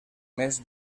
més